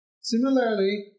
Similarly